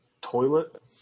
toilet